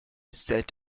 set